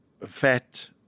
fat